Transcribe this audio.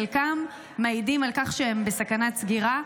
חלקם מעידים על כך שהם בסכנת סגירה,